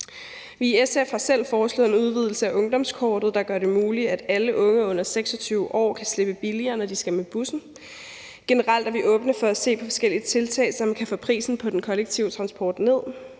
Vi i SF har selv foreslået en udvidelse af ungdomskortet, der gør det muligt, at alle unge under 26 år kan slippe billigere, når de skal med bussen. Generelt er vi åbne for at se på forskellige tiltag, som kan få prisen på den kollektive transport ned.